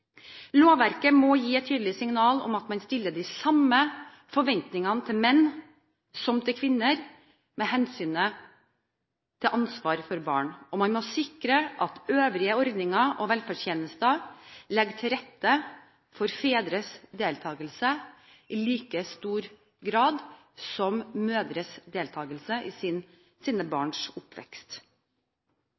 Lovverket må gi et tydelig signal om at man stiller de samme forventningene til menn som til kvinner med hensyn til ansvaret for barn, og man må sikre at øvrige ordninger og velferdstjenester legger til rette for fedres deltakelse, i like stor grad som mødres deltakelse, i sine barns oppvekst.